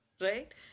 Right